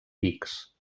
pics